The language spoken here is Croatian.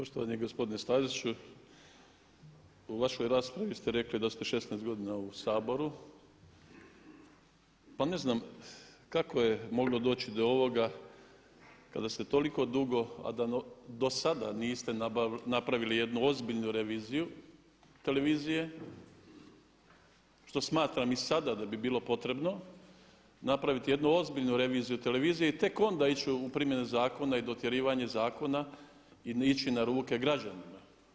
Poštovani gospodine Staziću u vašoj raspravi ste rekli da ste 16 godina u Saboru pa ne znam kako je moglo doći do ovoga kada ste toliko dugo a da dosada niste napravili jednu ozbiljnu reviziju televizije, što smatram i sada da bi bilo potrebno napraviti jednu ozbiljnu reviziju televizije i tek onda ići u primjenu zakona i dotjerivanje zakona i ići na ruke građanima.